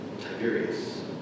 Tiberius